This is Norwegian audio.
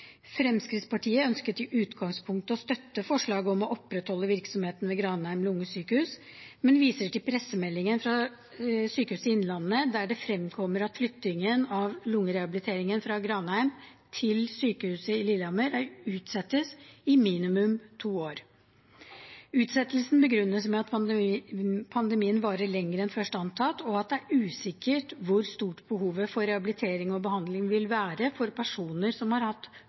Fremskrittspartiet ønsket i utgangspunktet å støtte forslaget om å opprettholde virksomheten ved Granheim lungesykehus, men viser til pressemeldingen fra Sykehuset Innlandet, der det fremkommer at flyttingen av lungerehabiliteringen fra Granheim til sykehuset i Lillehammer utsettes i minimum to år. Utsettelsen begrunnes med at pandemien varer lenger enn først antatt, og at det er usikkert hvor stort behovet for rehabilitering og behandling vil være for personer som har hatt